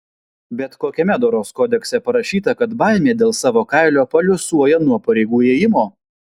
bet kokiame doros kodekse parašyta kad baimė dėl savo kailio paliuosuoja nuo pareigų ėjimo